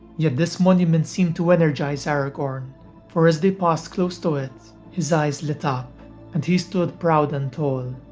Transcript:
yet this monument seemed to energise aragorn for as they passed close to it, his eyes lit up and he stood proud and tall,